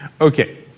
Okay